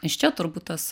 iš čia turbūt tas